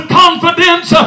confidence